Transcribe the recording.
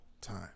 time